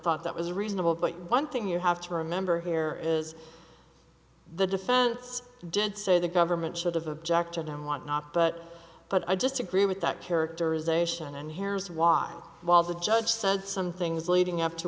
thought that was reasonable but one thing you have to remember here is the defense did say the government should have objected and want not but but i just agree with that characterization and here's why while the judge said some things leading up to